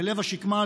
בלב השקמה,